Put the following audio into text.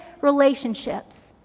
relationships